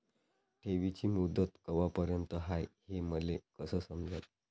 ठेवीची मुदत कवापर्यंत हाय हे मले कस समजन?